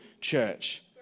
church